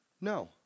no